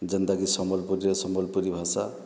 ଯେନ୍ତା କି ସମ୍ବଲପୁରୀରେ ସମ୍ବଲପୁରୀ ଭାଷା